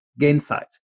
Gainsight